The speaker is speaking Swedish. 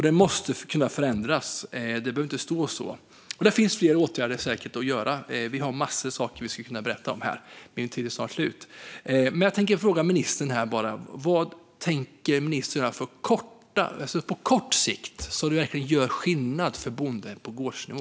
Det måste kunna förändras; det behöver inte stå så. Det finns säkert fler åtgärder att vidta, och vi har massor med saker som vi skulle kunna berätta om här. Min talartid är snart slut, men jag tänker fråga ministern: Vad tänker ministern göra på kort sikt så att det verkligen gör skillnad för bonden på gårdsnivå?